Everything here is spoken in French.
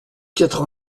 quatre